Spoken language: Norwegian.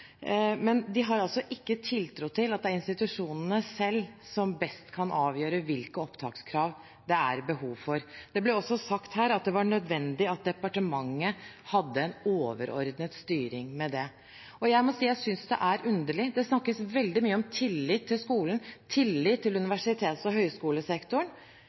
men de har altså ikke tiltro til at det er institusjonene selv som best kan avgjøre hvilke opptakskrav det er behov for. Det ble også sagt her at det var nødvendig at departementet hadde en overordnet styring med det. Jeg må si jeg synes det er underlig. Det snakkes veldig mye om tillit til skolen og tillit til universitets- og høyskolesektoren,